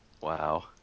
Wow